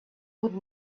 would